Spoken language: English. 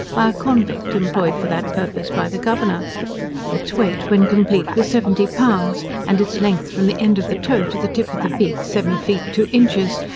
by a convict employed for that purpose by the governor its weight, when complete, was seventy pounds, and its length from the end of the toe to the tip of the beak, seven feet two inches,